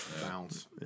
Bounce